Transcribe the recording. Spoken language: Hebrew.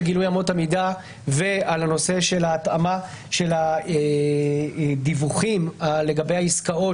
של גילוי אמות המידה ועל הנושא של ההתאמה של הדיווחים לגבי העסקאות